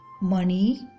money